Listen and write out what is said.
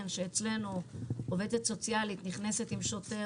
שאצלנו עובדת סוציאלית נכנסת עם שוטר,